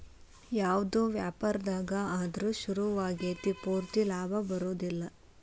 ಯಾವ್ದ ವ್ಯಾಪಾರ್ದಾಗ ಆದ್ರು ಶುರುವಾತಿಗೆ ಪೂರ್ತಿ ಲಾಭಾ ಬರೊದಿಲ್ಲಾ